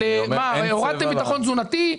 הורדתם ביטחון תזונתי?